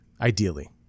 Ideally